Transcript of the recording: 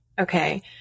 Okay